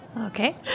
okay